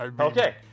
Okay